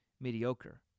mediocre